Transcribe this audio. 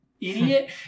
Idiot